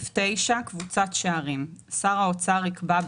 "קבוצת שערים 9. שר האוצר יקבע,